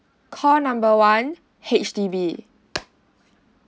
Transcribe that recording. call number one H_D_B